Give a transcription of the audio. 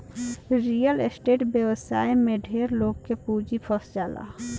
real estate व्यवसाय में ढेरे लोग के पूंजी फंस जाला